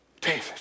David